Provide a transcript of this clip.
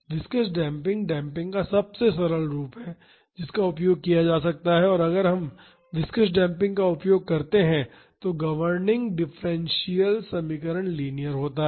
viscous damping damping का सबसे सरल रूप है जिसका उपयोग किया जा सकता है और अगर हम विस्कॉस डेम्पिंग का उपयोग करते हैं तो गवर्निंग डिफरेंशियल समीकरण लीनियर होता है